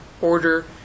order